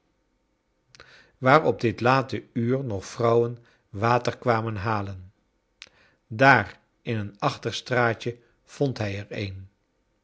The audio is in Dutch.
op dit late uur nog vrouwen water kwamen halen daar in een achterstraatje vond hij er een